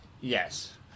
Yes